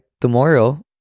tomorrow